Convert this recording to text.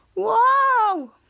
Whoa